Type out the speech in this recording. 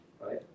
right